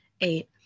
Eight